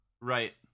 Right